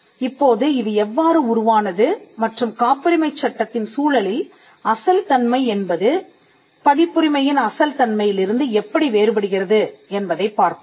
இப்போது இது எவ்வாறு உருவானது மற்றும் காப்புரிமைச் சட்டத்தின் சூழலில் அசல் தன்மை என்பது பதிப்புரிமையின் அசல் தன்மையிலிருந்து எப்படி வேறுபடுகிறது என்பதைப் பார்ப்போம்